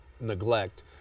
neglect